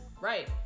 right